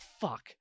fuck